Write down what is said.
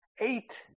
eight